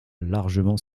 largement